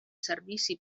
servici